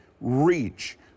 reach